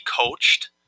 coached